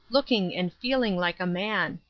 looking and feeling like a man.